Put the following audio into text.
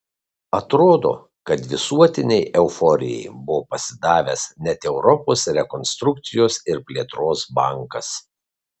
atrodo kad visuotinei euforijai buvo pasidavęs net europos rekonstrukcijos ir plėtros bankas